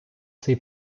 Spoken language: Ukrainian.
цей